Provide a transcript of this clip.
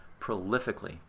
prolifically